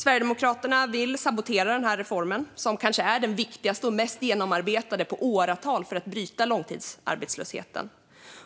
Sverigedemokraterna vill sabotera reformen, som är den kanske viktigaste och mest genomarbetade på åratal för att bryta långtidsarbetslösheten.